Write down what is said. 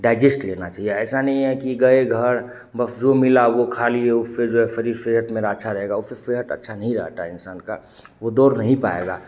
digest लेना चहिए ऐसा नहीं है कि गए घर बस जो मिला वह खा लिए उससे जो है शरीर सेहत मेरी अच्छी रहेगी उससे सेहत अच्छी नहीं रहती है इंसान का वह दौड़ नहीं पाएगा